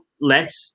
less